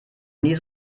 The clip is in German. nie